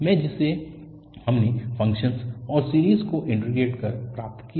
है जिसे हमने फ़ंक्शन और सीरीज़ को इन्टीग्रेट कर प्राप्त किया